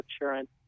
insurance